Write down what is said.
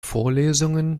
vorlesungen